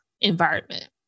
environment